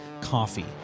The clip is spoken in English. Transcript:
coffee